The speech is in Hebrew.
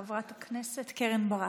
חברת הכנסת קרן ברק.